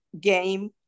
game